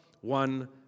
one